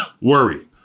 Worry